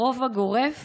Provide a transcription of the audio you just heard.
ברוב הגורף